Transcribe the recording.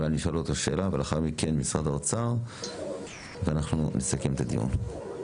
נשאל אותו שאלה ולאחר מכן את משרד האוצר ואז נסכם את הדיון.